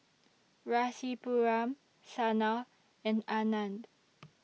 Rasipuram Sanal and Anand